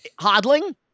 Hodling